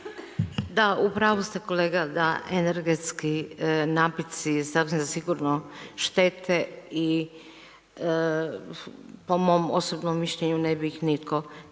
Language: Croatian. Da u pravu ste kolega da energetski napici s obzirom da sigurno štete i po mom osobnom mišljenju ne bi ih nitko trebao